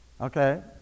Okay